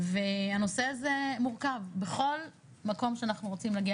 והנושא הזה מורכב בכל מקום שאנחנו רוצים להגיע,